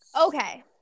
Okay